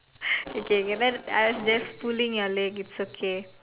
okay can I I was just pulling your leg it's okay